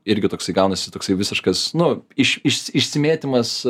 irgi toksai gaunasi toksai visiškas nu iš išsi išsimėtymas